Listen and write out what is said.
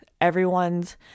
everyone's